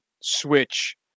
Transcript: switch